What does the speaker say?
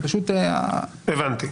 הבנתי.